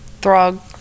Throg